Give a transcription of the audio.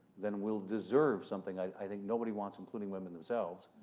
then we'll deserve something i think nobody wants, including women themselves,